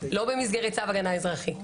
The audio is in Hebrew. לא במסגרת צו הגנה אזרחי,